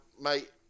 mate